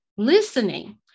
Listening